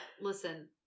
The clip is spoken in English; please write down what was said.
Listen